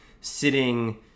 sitting